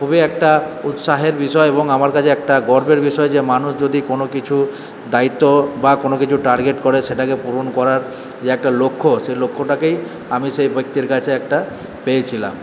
খুবই একটা উৎসাহের বিষয় এবং আমার কাছে একটা গর্বের বিষয় যে মানুষ যদি কোনো কিছু দায়িত্ব বা কোনো কিছু টার্গেট করে সেটাকে পূরণ করার যে একটা লক্ষ্য সেই লক্ষ্যটাকেই আমি সেই ব্যক্তির কাছে একটা পেয়েছিলাম